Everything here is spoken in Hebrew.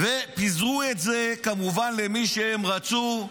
ופיזרו את זה, כמובן, למי שהם רצו.